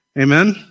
Amen